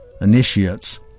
initiates